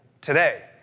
today